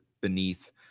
beneath